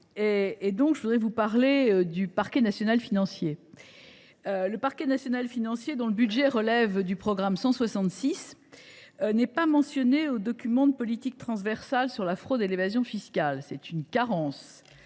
Je tiens donc à aborder la situation du PNF. Le parquet national financier, dont le budget relève du programme 166, n’est pas mentionné dans le document de politique transversale sur la fraude et l’évasion fiscales. C’est une carence.